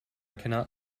cannot